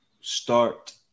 start